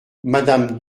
madame